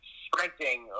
sprinting